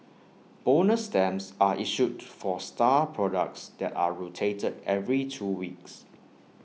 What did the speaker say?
bonus stamps are issued for star products that are rotated every two weeks